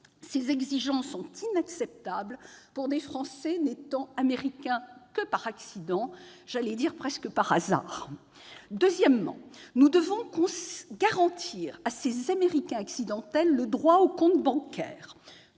Ces exigences sont inacceptables pour des Français n'étant américains que par accident, j'allais dire presque par hasard. Par ailleurs, nous devons garantir à ces « Américains accidentels » le droit au compte bancaire.